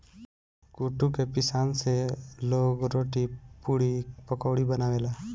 कुटू के पिसान से लोग रोटी, पुड़ी, पकउड़ी बनावेला